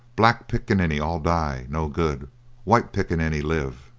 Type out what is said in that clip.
black picaninny all die. no good white picaninny live.